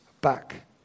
back